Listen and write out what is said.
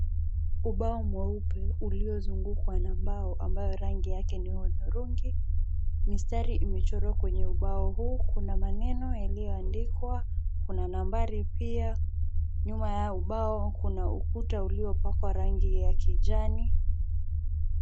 Ubao mweupe uliozungukwa na mbao ambayo yangi yake ni hudhurungi. Mistari imechorwa kwenye ubao huu, kuna maeneno yaliyoandikwa, kuna nambari pia mbele ya ubao kuna ukuta uliopakwa rangi ya kijani.